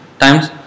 times